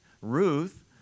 Ruth